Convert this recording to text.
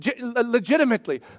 legitimately